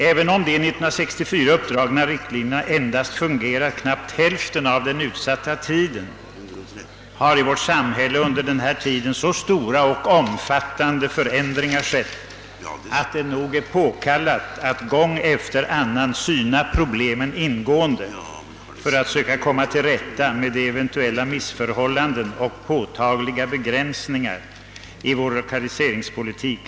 Även om de 1964 uppdragna riktlinjerna endast fungerat knappt hälften av den utsatta tiden har så stora och omfattande förändringar ägt rum i vårt samhälle att det nog är påkallat att gång efter annan syna problemen ingående för att söka komma till rätta med de eventuella missförhållanden och påtagliga begränsningar som ändå finns i vår lokaliseringspolitik.